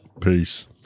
Peace